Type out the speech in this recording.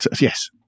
Yes